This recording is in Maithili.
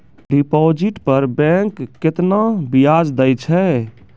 डिपॉजिट पर बैंक केतना ब्याज दै छै?